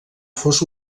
fos